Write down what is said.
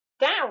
down